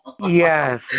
Yes